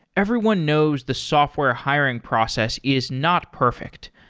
everyone knows the software hiring process is not perfect.